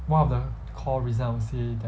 one of the core reason I would say that